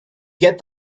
get